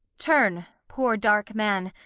turn, poor dark man,